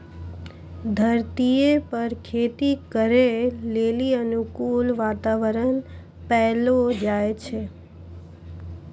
धरतीये पर खेती करै लेली अनुकूल वातावरण पैलो जाय छै